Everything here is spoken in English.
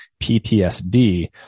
PTSD